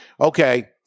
Okay